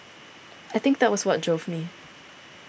I think that was what drove me